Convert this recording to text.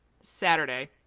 Saturday